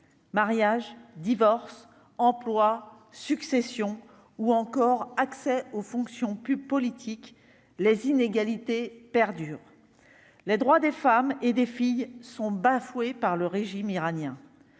mariage, divorce employes succession ou encore accès aux fonctions pu politique les inégalités perdurent les droits des femmes et des filles sont bafoués par le régime iranien,